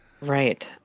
Right